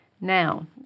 Now